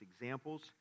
examples